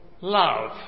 love